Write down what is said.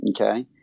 okay